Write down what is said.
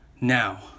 Now